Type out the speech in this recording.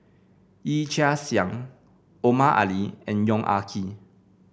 Yee Chia Hsing Omar Ali and Yong Ah Kee